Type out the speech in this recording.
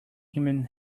human